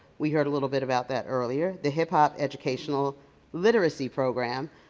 we heard a little bit about that earlier, the hip-hop educational literacy program.